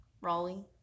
Raleigh